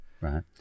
Right